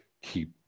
keep